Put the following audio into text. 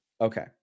okay